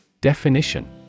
Definition